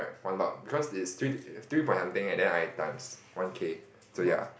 one lot because is three three point something and then I times one K so ya